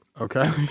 Okay